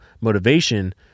motivation